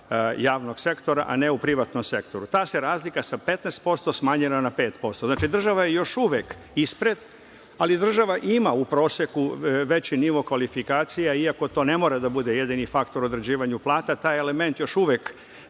javnog sektora, a ne u privatnom sektoru. Ta se razlika sa 15% smanjila na 5%. Znači, država je još uvek ispred, ali država ima u proseku veći nivo kvalifikacija, iako to ne mora da bude jedini faktor u određivanju plata. Taj element još uvek